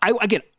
Again